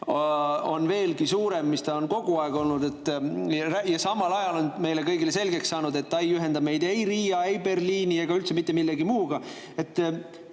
on veelgi suurem, kui ta on kogu aeg olnud. Ja samal ajal on meile kõigile selgeks saanud, et ta ei ühenda meid ei Riia, ei Berliini ega üldse mitte millegi muuga.